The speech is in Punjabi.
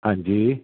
ਹਾਂਜੀ